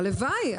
הלוואי.